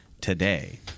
today